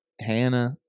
Hannah